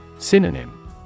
Synonym